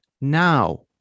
Now